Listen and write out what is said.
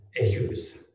issues